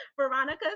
Veronica